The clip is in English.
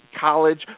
college